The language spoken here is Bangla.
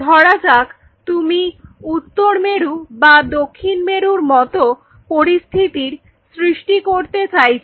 ধরা যাক তুমি উত্তর মেরু বা দক্ষিণ মেরুর মতো পরিস্থিতির সৃষ্টি করতে চাইছ